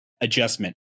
adjustment